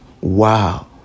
Wow